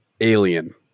alien